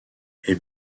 est